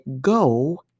go